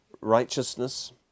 righteousness